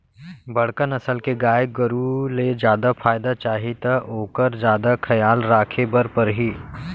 बड़का नसल के गाय गरू ले जादा फायदा चाही त ओकर जादा खयाल राखे बर परही